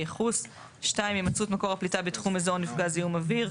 ייחוס; הימצאות מקור הפליטה בתחום אזור נפגע זיהום אוויר,